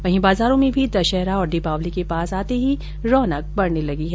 वहीं बाजारों में भी दशहरा और दीपावली के पास आते ही रौनक बढने लगी है